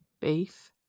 Beef